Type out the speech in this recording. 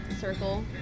circle